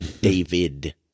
David